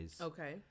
Okay